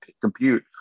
compute